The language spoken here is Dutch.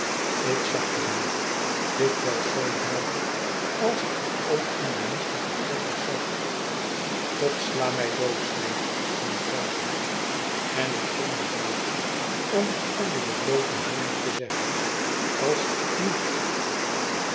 ik zag je daar dikwijls zoo duidelijk als ik je ooit in die mistige polders zag god sla mij dood zeide ik dan telkens en ik ging naar buiten om het onder den blooten hemel te zeggen als ik niet